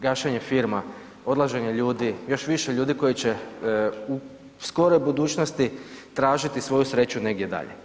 Gašenje firmi, odlaženje ljudi, još više ljudi koji će u skoroj budućnosti tražiti svoju sreću negdje dalje.